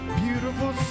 beautiful